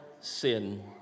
sin